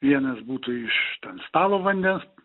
vienas būtų iš ten stalo vandens